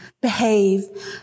behave